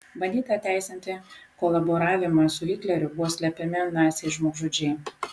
bandyta teisinti kolaboravimą su hitleriu buvo slepiami naciai žmogžudžiai